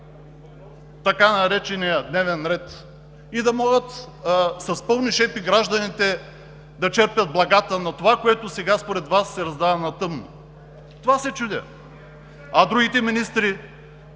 така нареченият дневен ред и да могат с пълни шепи гражданите да черпят благата на това, което сега според Вас се раздава на тъмно? Това се чудя. А другите министри?